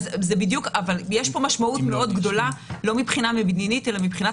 יש פה משמעות מאוד גדולה לא מבחינה מדינית אלא מבחינת